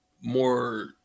more